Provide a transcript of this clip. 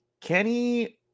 Kenny